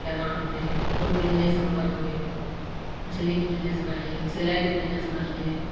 केना हेतय कोन बिजनेस हम करबय मछलीके बिजनेस करियै कि सिलाइके बिजनेस करियै